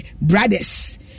brothers